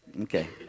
Okay